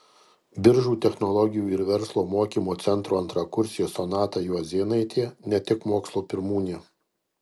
biržų technologijų ir verslo mokymo centro antrakursė sonata juozėnaitė ne tik mokslo pirmūnė